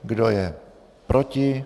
Kdo je proti?